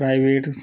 private